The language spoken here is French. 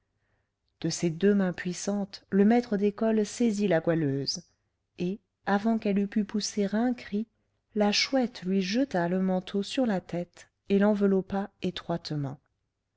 de ses deux mains puissantes le maître d'école saisit la goualeuse et avant qu'elle eût pu pousser un cri la chouette lui jeta le manteau sur la tête et l'enveloppa étroitement